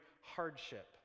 hardship